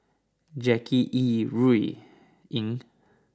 Jackie Yi Ru Ying